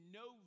no